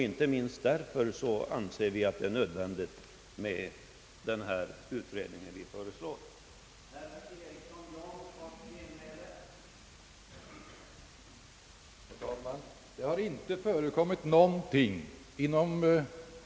Icke minst av denna anledning anser vi att den utredning vi föreslår är nödvändig.